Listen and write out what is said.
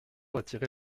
attirer